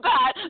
God